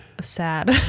sad